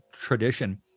tradition